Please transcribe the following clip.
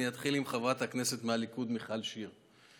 אני אתחיל עם חברת הכנסת מהליכוד מיכל שיר.